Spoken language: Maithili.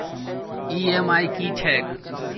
ई.एम.आई की छैक?